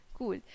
Cool